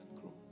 grow